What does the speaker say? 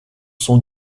sont